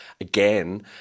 again